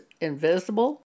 invisible